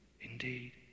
Indeed